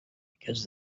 because